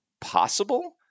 possible